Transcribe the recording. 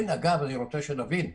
אני רוצה שנבין,